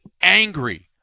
angry